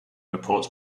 reports